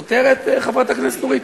כותרת, חברת הכנסת נורית?